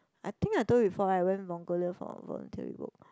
I think I told you before I went Mongolia for voluntary work